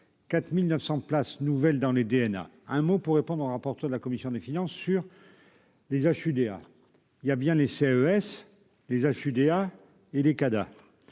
4900 places nouvelles dans les DNA, un mot pour répondre au rapporteur de la commission des finances sur des UDA il y a bien les CES, les UDA il les